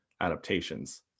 adaptations